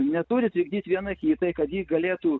neturi trukdyt viena kitai kad ji galėtų